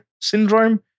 syndrome